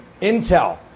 Intel